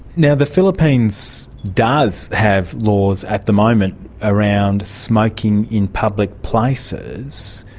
yeah the philippines does have laws at the moment around smoking in public places.